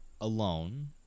alone